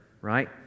right